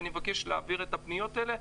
ואני מבקש להעביר את הפניות האלה.